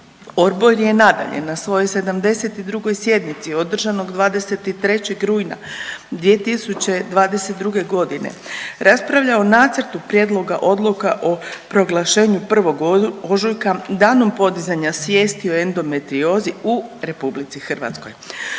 Odbor je nadalje na svojoj 72. sjednici održanoj 23. rujna 2022.g. raspravljao o Nacrtu prijedloga odluka o proglašenju 1. ožujka „Danom podizanja svijesti o endometriozi u RH“ koju